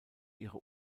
ihre